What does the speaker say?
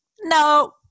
no